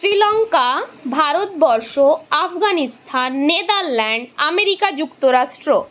Sri Lanka Bharatvarsha Afghanistan Netherland America যুক্তরাষ্ট্র